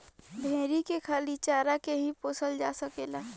भेरी के खाली चारा के ही पोसल जा सकेला